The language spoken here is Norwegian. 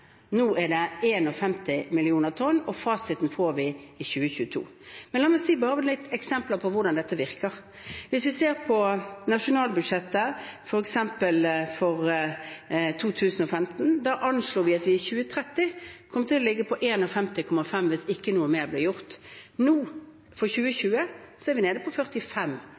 Nå er det 51 mill. tonn, og fasiten får vi i 2022. La meg bare komme med noen eksempler på hvordan dette virker. Hvis vi f.eks. ser på nasjonalbudsjettet for 2015, anslo vi at vi i 2030 kom til å ligge på 51,5 mill. tonn hvis ikke noe mer ble gjort. Nå, for 2020, er vi nede på 45